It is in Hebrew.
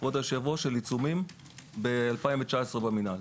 של עיצומים ב-2019 במינהל.